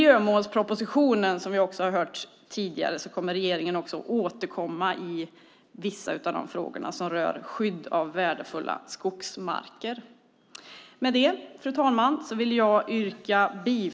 Regeringen återkommer i miljömålspropositionen till vissa av de frågor som rör skydd av värdefulla skogsmarker. Fru talman! Jag yrkar bifall till utskottets förslag i betänkandet och avslag på samtliga reservationer.